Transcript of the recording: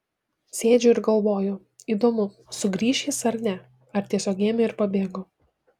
sėdžiu ir galvoju įdomu sugrįš jis ar ne ar tiesiog ėmė ir pabėgo